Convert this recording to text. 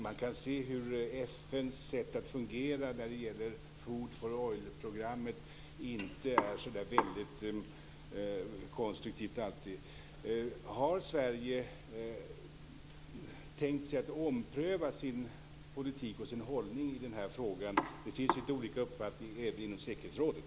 Man kan se att FN:s sätt att fungera när det gäller food-for-oil-programmet inte alltid är så där väldigt konstruktivt. Har Sverige tänkt sig att ompröva sin politik och sin hållning i den här frågan? Det finns lite olika uppfattningar även inom säkerhetsrådet.